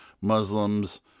Muslims